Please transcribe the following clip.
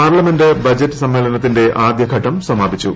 parliament budget സ്സ്മ്മേളനത്തിന്റെ ആദ്യഘട്ടം സമാപിച്ചു